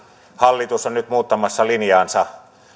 hallitus on nyt muuttamassa linjaansa